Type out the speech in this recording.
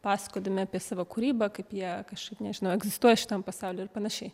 pasakodami apie savo kūrybą kaip jie kažkaip nežinau egzistuoja šitam pasauly ir panašiai